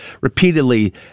repeatedly